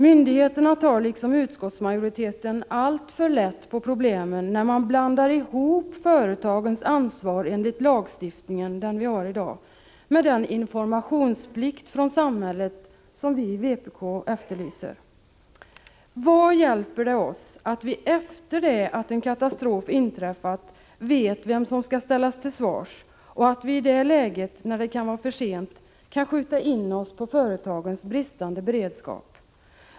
Myndigheterna liksom utskottsmajoriteten tar alltför lätt på problemen när de blandar ihop företagens ansvar enligt den nu gällande lagstiftningen med den informationsplikt för samhället som vi i vpk efterlyser. Vad hjälper det oss att vi efter det att en katastrof inträffat vet vem som skall ställas till svars och att vi i det läget, när det kan vara för sent, kan skjuta in oss på företagens bristande beredskap?